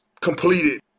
completed